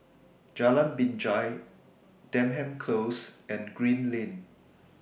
Jalan Binjai Denham Close and Green Lane